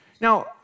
Now